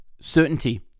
Certainty